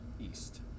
East